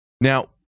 Now